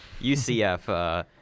UCF